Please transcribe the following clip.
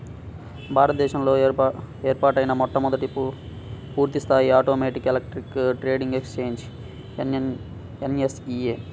భారత దేశంలో ఏర్పాటైన మొట్టమొదటి పూర్తిస్థాయి automatic electronic trading exchange NSE నే